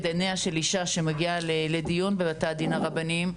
עיניה של אישה שמגיעה לדיון בבתי הדין הרבניים,